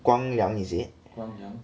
光亮 is it